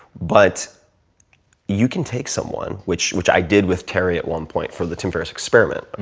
but you can take someone, which which i did with terry at one point for the tim ferriss experiment, and